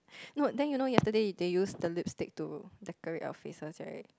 no then you know yesterday they use the lipstick to decorate our faces right